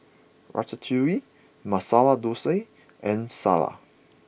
Ratatouille Masala Dosa and Salsa